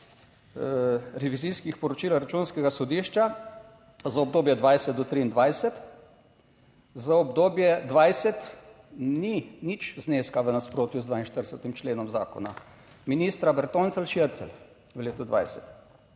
revizijskih poročil Računskega sodišča za obdobje 2020 do 2023, za obdobje 2020 ni nič zneska v nasprotju z 42. členom zakona. ministra Bertoncelj Šircelj v letu 2020.